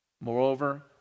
Moreover